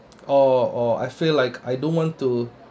or or I feel like I don't want to